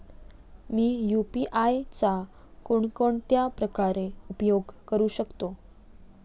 मी UPI चा कोणकोणत्या प्रकारे उपयोग करू शकतो?